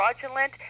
fraudulent